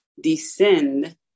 descend